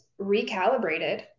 recalibrated